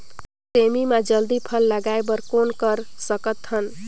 सेमी म जल्दी फल लगाय बर कौन कर सकत हन?